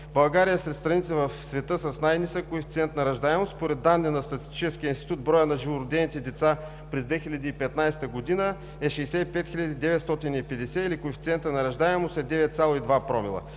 България е сред страните в света с най-нисък коефициент на раждаемост. Според данни на Статистическия институт броят на живородените деца през 2015 г. е 65 950, или коефициентът на раждаемост е 9,2 промила.